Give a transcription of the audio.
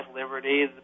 liberty